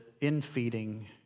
in-feeding